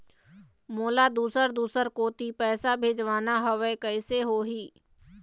मोला दुसर दूसर कोती पैसा भेजवाना हवे, कइसे होही?